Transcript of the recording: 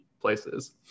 places